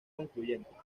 concluyente